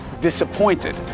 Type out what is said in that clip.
disappointed